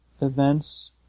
events